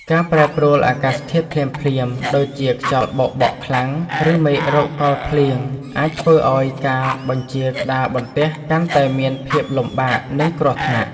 ការប្រែប្រួលអាកាសធាតុភ្លាមៗ ដូចជាខ្យល់បោកបក់ខ្លាំង ឬមេឃរកកលភ្លៀង អាចធ្វើឱ្យការបញ្ជាក្តារបន្ទះកាន់តែមានភាពលំបាក និងគ្រោះថ្នាក់។